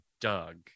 doug